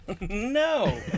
No